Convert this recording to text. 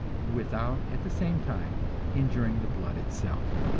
without at the same time injuring the blood itself.